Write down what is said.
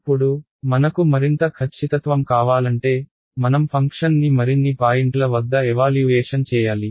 ఇప్పుడు మనకు మరింత ఖచ్చితత్వం కావాలంటే మనం ఫంక్షన్ని మరిన్ని పాయింట్ల వద్ద ఎవాల్యూయేషన్ చేయాలి